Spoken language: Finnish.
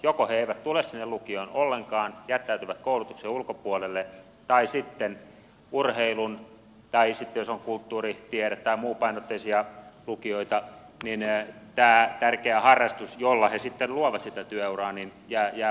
joko he eivät tule sinne lukioon ollenkaan jättäytyvät koulutuksen ulkopuolelle tai sitten jos on urheilu kulttuuri tiede tai muupainotteisia lukioita niin tämä tärkeä harrastus jolla he sitten luovat sitä työuraa jää paitsioon